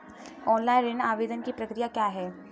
Online ऋण आवेदन की प्रक्रिया क्या है?